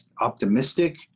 optimistic